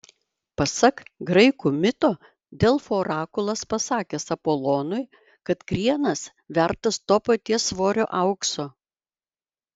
pasak graikų mito delfų orakulas pasakęs apolonui kad krienas vertas to paties svorio aukso